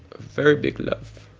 very big love.